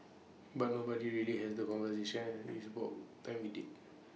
but nobody really has the conversation it's about time we did